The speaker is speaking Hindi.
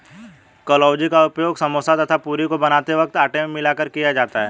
कलौंजी का उपयोग समोसा तथा पूरी को बनाते वक्त आटे में मिलाकर किया जाता है